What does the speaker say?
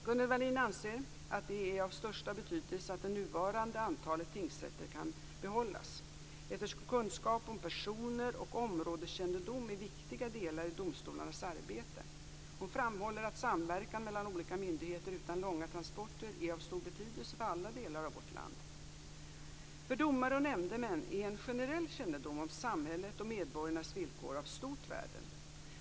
Gunnel Wallin anser att det är av största betydelse att det nuvarande antalet tingsrätter kan behållas, eftersom kunskap om personer och områdeskännedom är viktiga delar i domstolarnas arbete. Hon framhåller att samverkan mellan olika myndigheter utan långa transporter är av stor betydelse för alla delar av vårt land. För domare och nämndemän är en generell kännedom om samhället och medborgarnas villkor av stort värde.